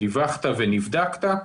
דיווחת ונבדקת,